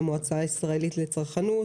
המועצה הישראלית לצרכנות,